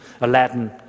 Aladdin